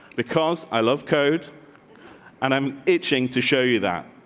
because i love code and i'm itching to show you that.